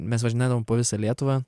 mes važinėdavom po visą lietuvą